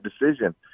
decision